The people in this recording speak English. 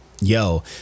yo